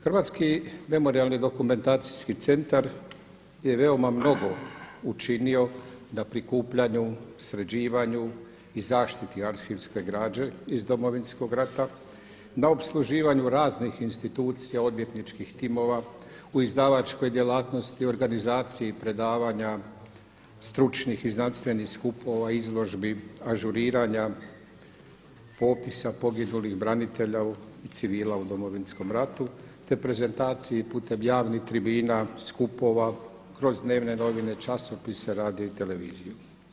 Hrvatski memorijalni-dokumentacijski centar je veoma mnogo učinio na prikupljanju, sređivanju i zaštiti arhivske građe iz Domovinskog rata na opsluživanju raznih institucija odvjetničkih timova, u izdavačkoj djelatnosti, organizaciji predavanja, stručnih i znanstvenih skupova, izložba, ažuriranja, popisa poginulih branitelja i civila u Domovinskom ratu te prezentaciji putem javnih tribina, skupova, kroz dnevne novine, časopise, radio i televiziju.